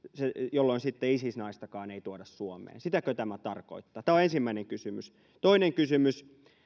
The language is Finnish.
jolloin sitten isis naistakaan ei tuoda suomeen sitäkö tämä tarkoittaa tämä on ensimmäinen kysymys toinen kysymys